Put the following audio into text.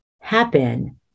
happen